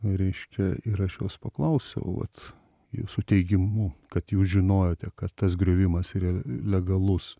reiškia ir aš jos paklausiau vat jūsų teigimu kad jūs žinojote kad tas griovimas yra legalus